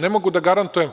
Ne mogu da garantujem